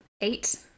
eight